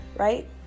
Right